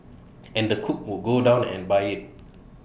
and the cook would go down and buy IT